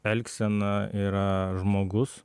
elgsena yra žmogus